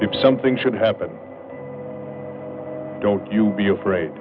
if something should happen don't you be afraid